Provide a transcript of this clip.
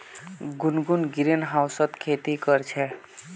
गुनगुन ग्रीनहाउसत खेती कर छ